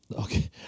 okay